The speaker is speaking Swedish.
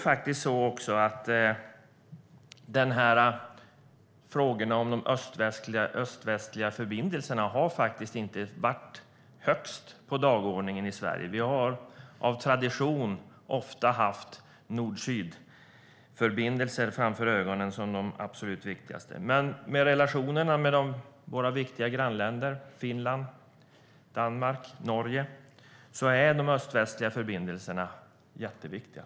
Frågorna om de öst-västliga förbindelserna har inte varit högst på dagordningen i Sverige. Vi har av tradition ofta haft nord-syd-förbindelser framför ögonen som de absolut viktigaste. Men i och med relationerna med våra viktiga grannländer Finland, Danmark och Norge är de öst-västliga förbindelserna jätteviktiga.